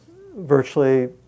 virtually